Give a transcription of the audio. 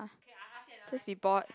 just be bored